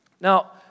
Now